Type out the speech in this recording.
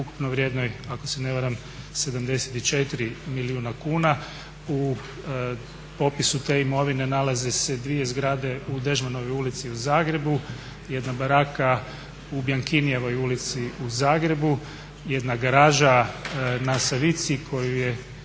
ukupnoj vrijednoj ako se ne varam 74 milijuna kuna. U popisu te imovine nalaze se dvije zgrade u Dežmanovoj ulici u Zagrebu, jedna baraka u Biankinijevoj ulici u Zagrebu, jedna garaža na Savici koju je